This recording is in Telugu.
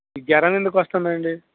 ఈ జ్వరం ఎందుకొస్తుంది అండి